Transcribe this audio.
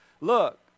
Look